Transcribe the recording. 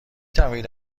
توانید